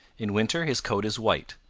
in winter his coat is white,